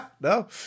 No